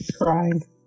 crying